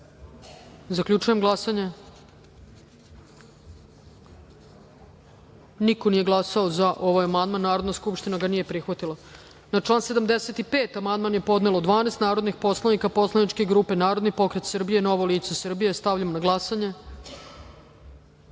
amandman. Zaključujem glasanje: niko nije glasao za ovaj amandman. Narodna skupština ga nije prihvatila. Na član 84. amandman je podnelo 12 narodnih poslanika poslaničke grupe Narodni pokret Srbije – Novo lice Srbije. Stavljam na glasanje